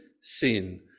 sin